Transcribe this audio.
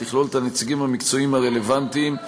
ותכלול את הנציגים המקצועיים הרלוונטיים,